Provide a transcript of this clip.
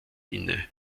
inne